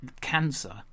cancer